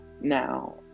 Now